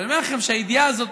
אבל אני אומר לכם שהידיעה הזאת